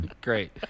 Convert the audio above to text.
Great